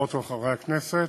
חברות וחברי הכנסת,